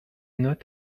note